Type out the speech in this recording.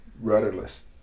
rudderless